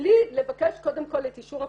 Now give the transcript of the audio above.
בלי לבקש קודם כל את אישור הקופה,